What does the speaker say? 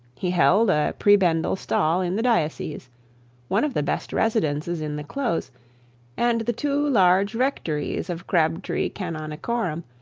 he held a prebendal stall in the diocese one of the best residences in the close and the two large rectories of crabtree canonicorum,